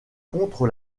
contre